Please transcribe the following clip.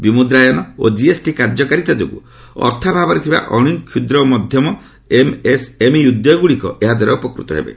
ବିମୁଦ୍ରାୟନ ଓ ଜିଏସ୍ଟି କାର୍ଯ୍ୟକାରୀତା ଯୋଗୁଁ ଅର୍ଥାଭାବରେ ଥିବା ଅଣୁ କ୍ଷୁଦ୍ର ଓ ମଧ୍ୟମ ଏମ୍ଏସ୍ଏମ୍ଇ ଉଦ୍ୟୋଗଗୁଡ଼ିକ ଏହାଦ୍ୱାରା ଉପକୃତ ହେବେ